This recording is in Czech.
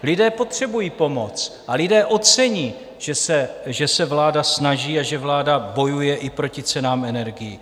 Lidé potřebují pomoc a lidé ocení, že se vláda snaží a že vláda bojuje i proti cenám energií.